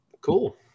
cool